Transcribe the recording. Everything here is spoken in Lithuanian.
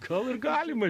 gal ir galima